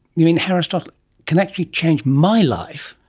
you mean aristotle can actually change my life?